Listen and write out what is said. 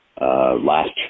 last